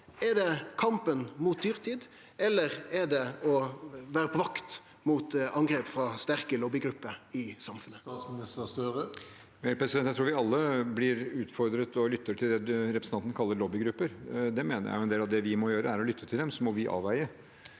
Er det kampen mot dyrtid, eller er det å vere på vakt mot angrep frå sterke lobbygrupper i samfunnet? Statsminister Jonas Gahr Støre Jeg tror vi alle blir utfordret av og lytter til det representanten kaller lobbygrupper. Det mener jeg er en del av det. Det vi må gjøre, er å lytte til dem, og så må vi avveie.